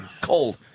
cold